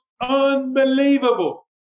unbelievable